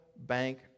bank